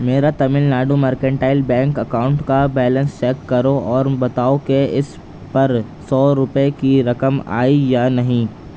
میرا Tamil Nadu mercantile bank account کا balance check کرو اور بتاؤ کہ اس پر سو روپے کی رقم آئی یا نہیں